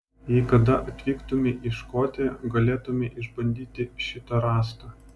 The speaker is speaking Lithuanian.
jei kada atvyktumei į škotiją galėtumei išbandyti šitą rąstą